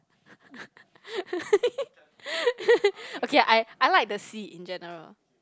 okay I I like the sea in general